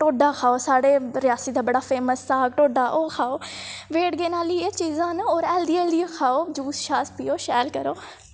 टोड्डा खाओ साढ़े रियासी दा बड़ा फेमस सागा टोड्डा ओह् खाओ वेट गेन आह्ली एह् चीज़ां न होर हेल्दी हेल्दी खाओ जूस शैल पियो शैल करो